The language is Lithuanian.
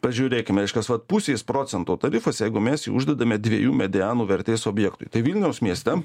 pažiūrėkime reiškias vat pusės procento tarifas jeigu mes uždedame dviejų medianų vertės objektui tai vilniaus mieste